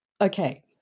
Okay